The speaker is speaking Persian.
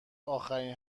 آخرین